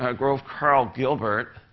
ah grove karl gilbert.